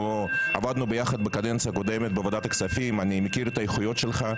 עבדנו ביחד בקדנציה הקודמת בוועדת הכספים ואני מכיר את האיכויות שלך.